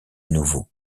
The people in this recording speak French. nouveau